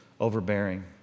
overbearing